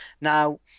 now